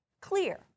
clear